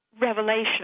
revelation